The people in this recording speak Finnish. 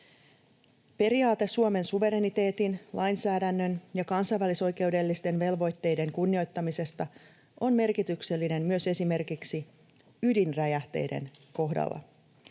Periaate Suomen suvereniteetin, lainsäädännön ja kansainvälisoikeudellisten velvoitteiden kunnioittamisesta on merkityksellinen myös esimerkiksi ydinräjähteiden kohdalla.